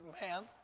man